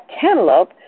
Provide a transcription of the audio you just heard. cantaloupe